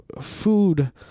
food